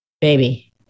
baby